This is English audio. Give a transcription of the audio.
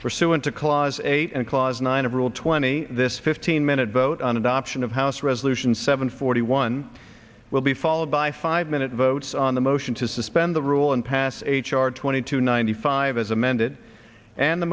suing to cause eight and clause nine of rule twenty this fifteen minute vote on adoption of house resolution seven forty one will be followed by five minute votes on the motion to suspend the rule and pass h r twenty two ninety five as amended and the